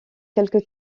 quelque